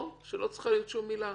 או שלא צריכה להיות שום עילה?